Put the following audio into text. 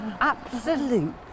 absolute